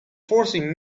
forcing